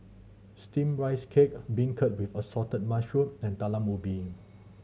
Steamed Rice Cake beancurd with assorted mushroom and Talam Ubi